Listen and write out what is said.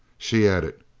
she added,